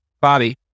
bobby